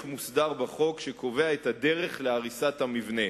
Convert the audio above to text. מוסדר בחוק שקובע את הדרך להריסת המבנה.